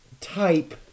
type